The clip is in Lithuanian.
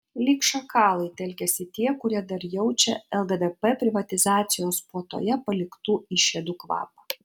lyg šakalai telkiasi tie kurie dar jaučia lddp privatizacijos puotoje paliktų išėdų kvapą